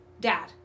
dad